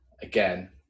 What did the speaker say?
again